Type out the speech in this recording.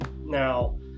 Now